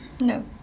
No